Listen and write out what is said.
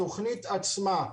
התכנית עצמה,